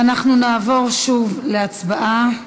ואנחנו נעבור שוב להצבעה,